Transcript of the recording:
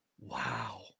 Wow